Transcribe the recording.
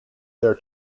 their